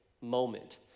moment